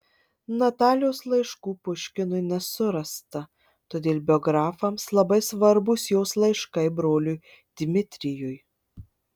natalijos laiškų puškinui nesurasta todėl biografams labai svarbūs jos laiškai broliui dmitrijui